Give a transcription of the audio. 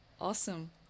Awesome